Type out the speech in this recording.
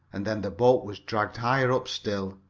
and then the boat was dragged higher up still,